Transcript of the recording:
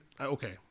Okay